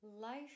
life